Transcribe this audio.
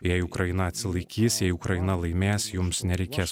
jei ukraina atsilaikys jei ukraina laimės jums nereikės